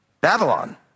babylon